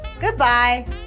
Goodbye